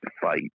fight